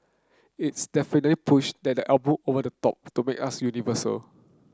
its definitely pushed that album over the top to make us universal